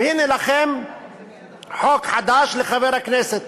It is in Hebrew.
והנה לכם חוק חדש לחבר כנסת,